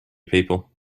people